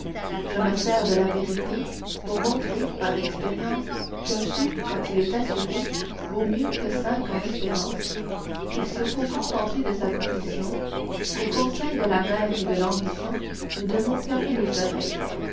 je me sers de la vérité pour montrer par expérience qu'un sou quand il est assuré vaut mieux que cinq en espérance qu'il se faut contenter de sa condition qu'aux conseils de la mer et de l'ambition nous devons fermer les oreilles